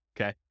okay